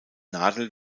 nadel